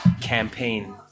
campaign